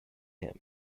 him